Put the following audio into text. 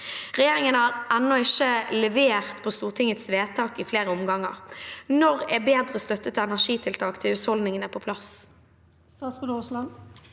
Regjeringen har enda ikke levert på Stortingets vedtak i flere omganger. Når er bedre støtte til energitiltak på plass?»